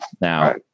Now